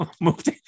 moved